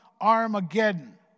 Armageddon